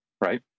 Right